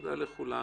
תודה לכולכם,